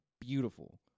beautiful